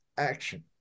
action